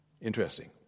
Interesting